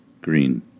Green